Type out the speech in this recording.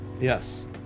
Yes